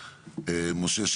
משה,